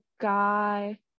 guy